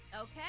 Okay